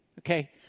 Okay